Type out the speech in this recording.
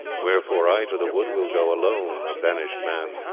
wherefore i to the wood will go, alone, a banished man.